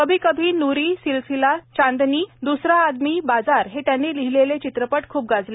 कभी कभी नूरी सिलसिला चांदनी द्सरा आदमी बाजार हे त्यांनी लिहिलेले चित्रपट खूप गाजले